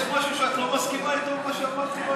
יש משהו שאת לא מסכימה איתו במה שאמרתי?